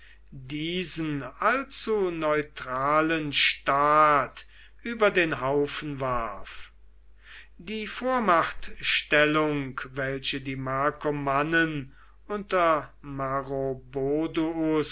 diesen allzu neutralen staat über den haufen warf die vormachtstellung welche die markomannen unter